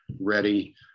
ready